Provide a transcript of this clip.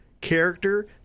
character